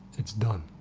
it's done.